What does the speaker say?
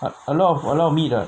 but a lot of a lot of meat lah